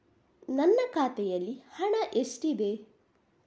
ನನ್ನ ಖಾತೆಯಲ್ಲಿ ಹಣ ಎಷ್ಟಿದೆ?